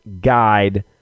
guide